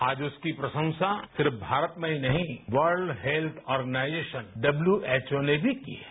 आज उसकी प्रशंसा सिर्फ भारत में ही नहीं World Health Organization W H O ने भी की है